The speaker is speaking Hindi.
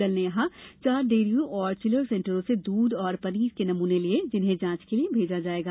दल ने यहां चार डेरियों और चिलर सेंटरों से दूध और पनीर के नमूने लिये जिन्हें जांच के लिए भेजा जाएगा